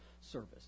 service